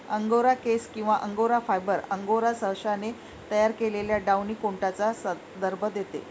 angora केस किंवा angora fibre, angora सशाने तयार केलेल्या डाउनी कोटचा संदर्भ देते